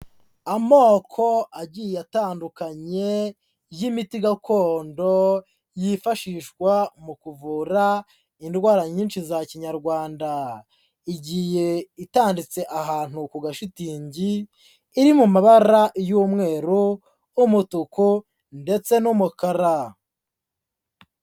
Amoko agiye atandukanye y'imiti gakondo yifashishwa mu kuvura indwara nyinshi za Kinyarwanda. Igiye itanditse ahantu ku gashitingi, iri mu mabara y'umweru, umutuku ndetse n'umukara.